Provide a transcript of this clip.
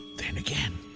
then again,